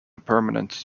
permanent